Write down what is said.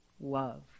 love